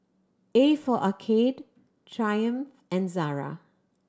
A for Arcade Triumph and Zara